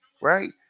right